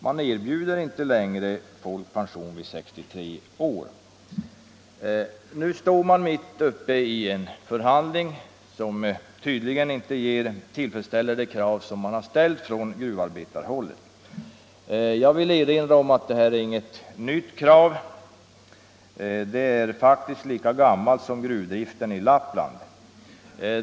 Man erbjuder inte längre pension vid 63 år. Nu står man mitt uppe i en förhandling, som tydligen inte ger så tillfredsställande resultat som man krävt från gruvarbetarhåll. Jag vill erinra om att detta inte är något nytt krav. Det är faktiskt lika gammalt som gruvdriften i Lappland.